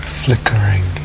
flickering